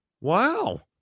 wow